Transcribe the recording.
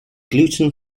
gluten